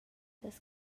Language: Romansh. las